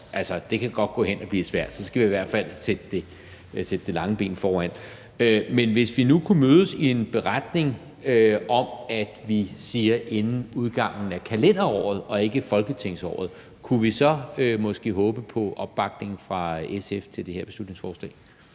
godt kan gå hen og blive svært – så skal vi i hvert fald sætte det lange ben foran. Men hvis vi nu kunne mødes i en beretning om, at vi siger, at det skal være inden udgangen af kalenderåret og ikke folketingsåret, kunne vi så måske håbe på opbakning fra SF til det her beslutningsforslag?